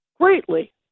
greatly